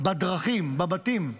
בדרכים ובבתים,